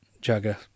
Jagger